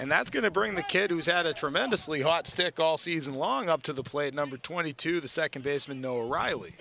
and that's going to bring the kid who has had a tremendously hot stick all season long up to the plate number twenty two the second baseman no riley